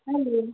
hello